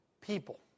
people